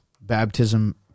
baptism